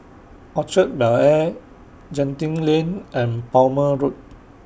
Orchard Bel Air Genting Lane and Palmer Road